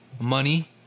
Money